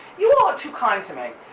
you all are too kind to me.